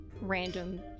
random